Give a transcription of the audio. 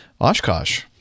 Oshkosh